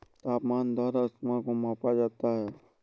तापमान द्वारा ऊष्मा को मापा जाता है